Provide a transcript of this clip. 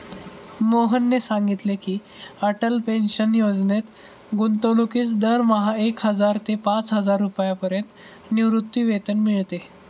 मोहनने सांगितले की, अटल पेन्शन योजनेत गुंतवणूकीस दरमहा एक हजार ते पाचहजार रुपयांपर्यंत निवृत्तीवेतन मिळते